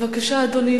בבקשה, אדוני.